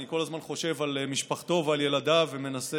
אני כל הזמן חושב על משפחתו ועל ילדיו ומנסה